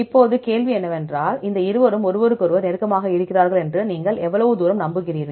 இப்போது கேள்வி என்னவென்றால் இந்த இருவரும் ஒருவருக்கொருவர் நெருக்கமாக இருக்கிறார்கள் என்று நீங்கள் எவ்வளவு தூரம் நம்புகிறீர்கள்